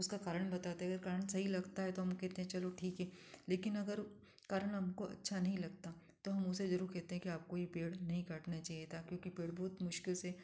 उसका कारण बताता है अगर कारण सही लगता है तो हम कहते हैं चलो ठीक है लेकिन अगर कारण हमको अच्छा नहीं लगता तो हम उसे जरूर कहते हैं कि आपको यह पेड़ नहीं काटना चाहिए था क्योंकि पेड़ बहुत मुश्किल से